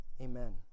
Amen